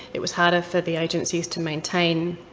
it was harder for the agencies to maintain